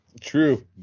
True